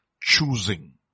Choosing